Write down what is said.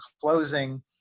closing